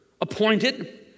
appointed